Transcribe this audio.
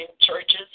churches